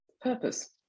Purpose